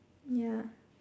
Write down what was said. ya